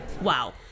Wow